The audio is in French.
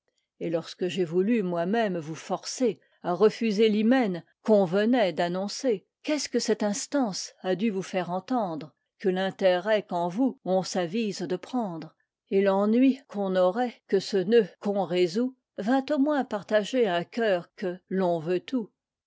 et lorsque j'ai voulu moi-même vous forcer à refuser l'hymen qu'on venait d'annoncer qu'est-ce que cette instance a dû vous faire entendre que l'intérêt qu'en vous on s'avise de prendre et l'ennui qu'on aurait que ce nœud qu'on résout vint au moins partager un cœur que l'on veut tout